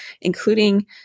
including